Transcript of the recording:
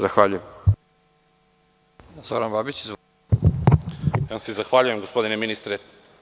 Zahvaljujem vam se, gospodine ministre.